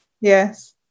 Yes